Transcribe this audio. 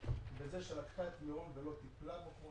בזה ש- -- את מירון ולא טיפלה בו כמו